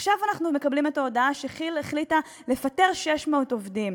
עכשיו אנחנו מקבלים את ההודעה שכי"ל החליטה לפטר 600 עובדים.